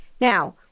Now